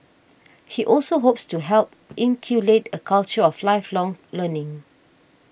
he also hopes to help inculcate a culture of lifelong learning